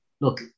look